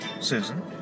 Susan